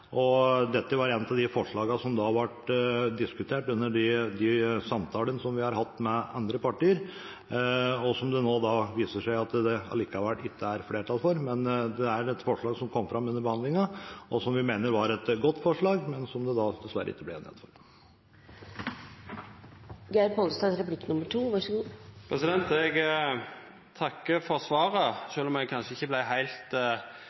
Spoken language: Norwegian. Dette var et av de forslagene som ble diskutert under de samtalene som vi har hatt med andre partier, og som det nå viser seg at det allikevel ikke er flertall for. Det er et forslag som kom fram under behandlingen, og som vi mener var et godt forslag, men som vi dessverre ikke ble enige om. Eg takkar for svaret, sjølv om eg kanskje ikkje vart heilt klok på det, for